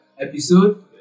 episode